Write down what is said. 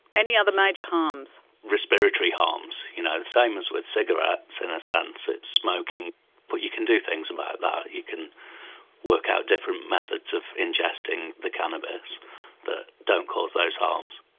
any other major harms? respiratory harms. you know same as with cigarettes in a sense, it's smoking. but you can do things about that. you can work out different methods of ingesting the cannabis that don't cause those harms.